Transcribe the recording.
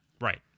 Right